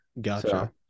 Gotcha